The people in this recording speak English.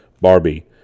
Barbie